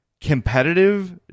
competitive